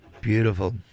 Beautiful